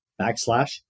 backslash